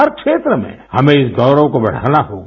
हर क्षेत्र में हमें इस गौरव को बढ़ाना होगा